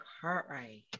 Cartwright